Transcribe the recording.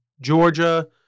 Georgia